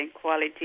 quality